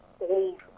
old